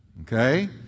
Okay